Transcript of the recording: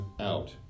out